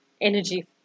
energy